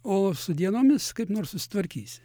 o su dienomis kaip nors susitvarkysi